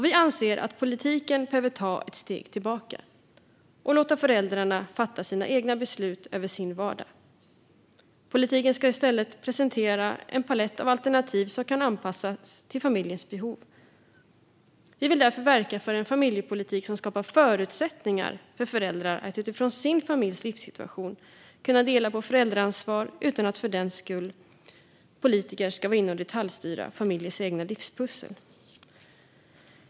Vi anser att politiken behöver ta ett steg tillbaka och låta föräldrarna fatta egna beslut över sin vardag. Politiken ska i stället presentera en palett av alternativ som kan anpassas till familjers behov. Vi vill därför verka för en familjepolitik som skapar förutsättningar för föräldrar att utifrån sin familjs livssituation kunna dela på föräldraansvaret utan att politiker för den skull ska vara inne och detaljstyra familjers egna livspussel.